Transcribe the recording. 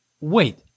Wait